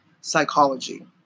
psychology